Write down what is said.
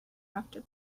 after